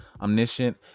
omniscient